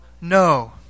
no